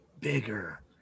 bigger